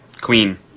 queen